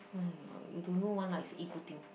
!aiya! you don't know one lah it's ego thing